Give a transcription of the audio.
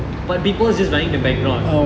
but people just running in the background